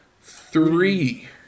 three